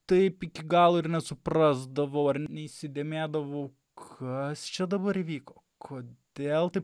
taip iki galo ir nesuprasdavau ar neįsidėmėdavau kas čia dabar įvyko kodėl taip